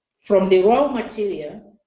from the raw material.